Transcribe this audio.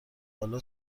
حالا